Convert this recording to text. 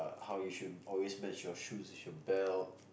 how you should always match your shoes with your belt